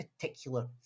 particular